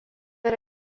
yra